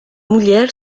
mulher